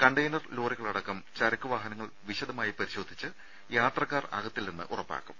container ലോറികളടക്കം ചരക്ക് വാഹനങ്ങൾ വിശദമായി പരിശോധിച്ച് യാത്രക്കാർ അകത്തില്ലെന്ന് ഉറപ്പാക്കും